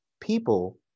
People